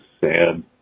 sad